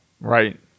Right